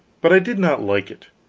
but i did not like it,